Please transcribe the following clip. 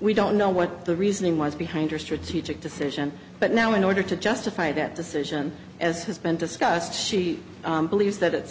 we don't know what the reasoning was behind her strategic decision but now in order to justify that decision as has been discussed she believes that